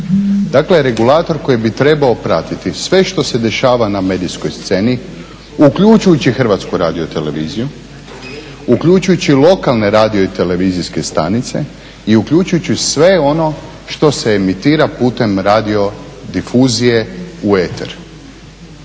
dakle regulator koji bi trebao pratiti sve što se dešava na medijskoj sceni, uključujući HRT, uključujući lokalne radio i televizijske stanice i uključujući sve ono što se emitira putem radio difuzije u eter.